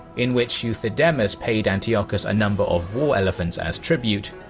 in which euthydemus paid antiochus a number of war elephants as tribute,